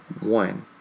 one